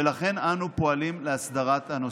ולכן אנו פועלים להסדרת הנושא.